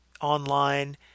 online